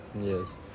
Yes